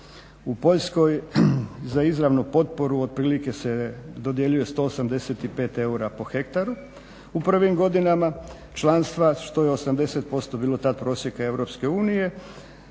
U Poljskoj za izravnu potporu otprilike se dodjeljuje 185 eura po hektaru u prvim godinama članstva što je 80% bilo tad prosjeka EU